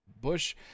bush